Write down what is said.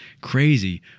crazy